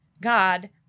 God